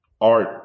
art